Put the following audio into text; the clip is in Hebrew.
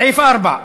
סעיף 4,